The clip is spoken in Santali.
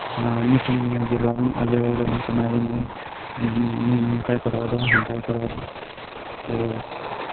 ᱧᱩᱛᱩᱢ ᱢᱮᱭᱟ ᱡᱮ ᱵᱟᱝ ᱟᱞᱮᱨᱮᱱ ᱠᱟᱱᱟᱭ ᱱᱩᱭ ᱱᱩᱭ ᱱᱚᱝᱠᱟᱭ ᱠᱚᱨᱟᱣᱮᱫᱟ ᱦᱟᱱᱠᱟᱭ ᱠᱚᱨᱟᱣ ᱮᱫᱟ ᱛᱚ